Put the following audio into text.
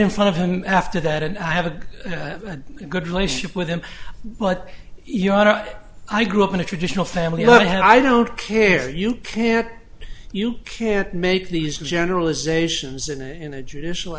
in front of him after that and i have a good relationship with him but ya know i grew up in a traditional family and i don't care you can't you can't make these generalizations in a judicial